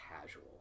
casual